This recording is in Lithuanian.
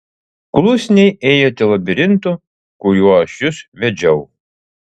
klusniai ėjote labirintu kuriuo aš jus vedžiau